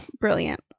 Brilliant